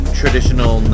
traditional